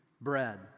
bread